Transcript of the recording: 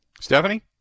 Stephanie